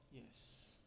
yes